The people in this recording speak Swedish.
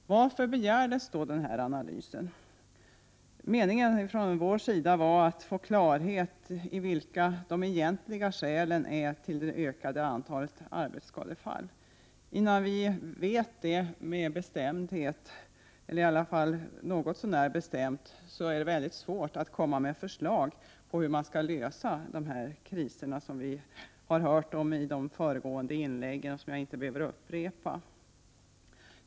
Varför begärdes då denna analys? Meningen från vår sida var att få klarhet i vilka de egentliga skälen var till det ökande antalet arbetsskadefall. Innan vi vet det med bestämdhet, eller i alla fall något så när bestämt, är det mycket svårt att komma med förslag till hur vi skall lösa de kriser som vi har hört talas om i de föregående inläggen, vilka jag inte behöver upprepa.